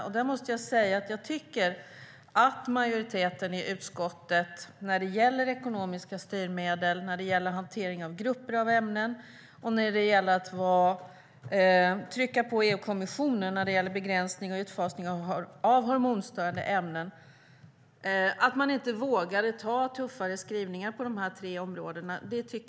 Jag måste säga att jag tycker att majoriteten i utskottet borde ha vågat ta tuffare skrivningar när det gäller ekonomiska styrmedel, när det gäller hantering av grupper av ämnen och när det gäller att trycka på EU-kommissionen när det handlar om begränsning och utfasning av hormonstörande ämnen. Jag tycker att det är beklagligt att man inte gjorde det.